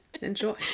Enjoy